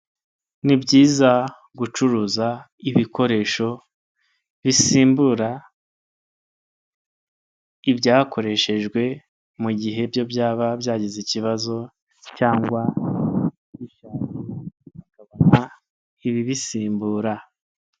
Nibyiza gucuruza ibikoresho bisimbura ibyakoreshejwe mu gihe byo byaba byagize ikibazo cyangwa bishaje bikabona ibibisimbura.